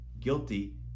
guilty